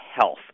health